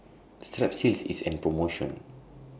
Strepsils IS An promotion